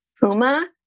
Puma